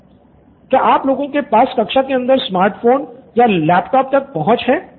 student 1 क्या आप लोगों के पास कक्षा के अंदर स्मार्ट फोन या लैपटॉप तक पहुंच है